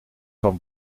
van